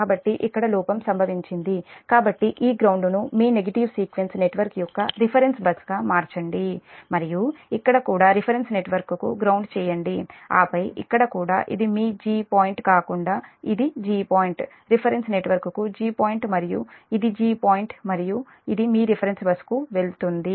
కాబట్టి ఇక్కడ లోపం సంభవించింది కాబట్టి ఈ గ్రౌండ్ను మీ నెగటివ్ సీక్వెన్స్ నెట్వర్క్ యొక్క రిఫరెన్స్ బస్గా మార్చండి మరియు ఇక్కడ కూడా రిఫరెన్స్ నెట్వర్క్కు గ్రౌండ్ చేయండి ఆపై ఇక్కడ కూడా ఇది మీ'g' పాయింట్ కాకుండా 'g' పాయింట్ రిఫరెన్స్ నెట్వర్క్కు 'g ' పాయింట్ మరియు ఇది 'g' పాయింట్ మరియు ఇది మీ రిఫరెన్స్ బస్కు వెళ్తుంది